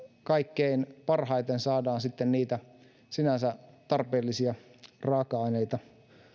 kaikkein parhaiten saadaan niitä sinänsä tarpeellisia raaka aineita